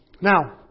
Now